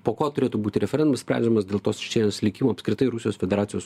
po ko turėtų būti referendumas sprendžiamas dėl tos čečėnijos likimo apskritai rusijos federacijos